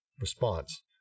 response